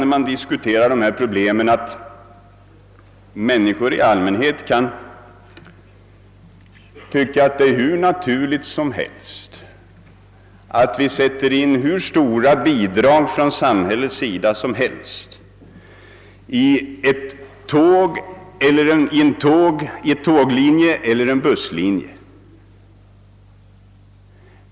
När man diskuterar dessa problem händer det faktiskt ibland, att folk tycker att det är helt naturligt att vi sätter in hur stora bidrag som helst från samhällets sida till en järnvägslinje eller en busslinje.